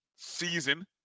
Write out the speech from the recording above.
season